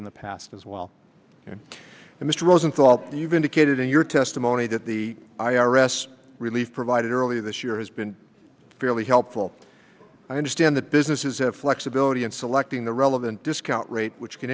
in the past as well and mr rosenthal you've indicated in your testimony that the i r s relief provided earlier this year has been fairly helpful i understand that businesses have flexibility in selecting the relevant discount rate which can